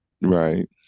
Right